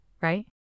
right